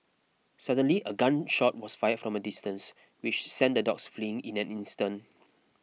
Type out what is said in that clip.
suddenly a gun shot was fired from a distance which sent the dogs fleeing in an instant